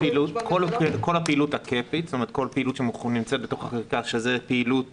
כל פעילות שנמצאת בתוך --- שזו פעילות